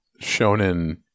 shonen